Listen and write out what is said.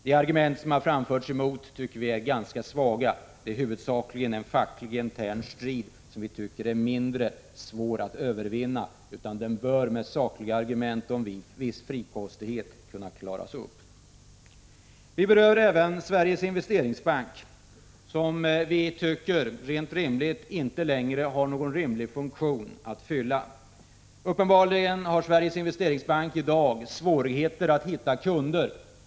De argument som framförts emot tycker vi är ganska svaga. Det är huvudsakligen en facklig intern strid som vi tycker är mindre svår att övervinna. Med sakliga argument och med en viss frikostighet borde man kunna klara upp det. Vi berör även Sveriges Investeringsbank, som vi tycker inte längre fyller någon rimlig funktion. Uppenbarligen har Sveriges Investeringsbank i dag svårigheter att hitta kunder.